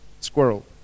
Squirrel